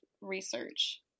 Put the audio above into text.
research